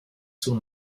soon